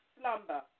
slumber